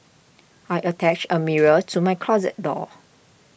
I attached a mirror to my closet door